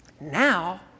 Now